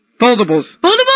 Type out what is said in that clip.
Foldables